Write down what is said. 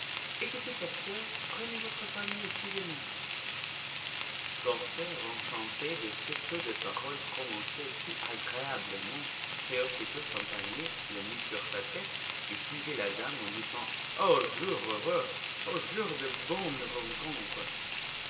écoutez porteur prenez votre panier et suivez-moi le porteur enchanté de ce peu de paroles prononcées si agréablement prit aussitôt son panier le mit sur sa tête et suivit la dame en disant ô jour heureux ô jour de bonne rencontre